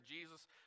Jesus